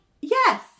yes